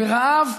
ברעב,